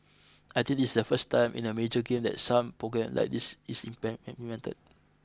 I think it is the first time in a major game that some programme like this is implemented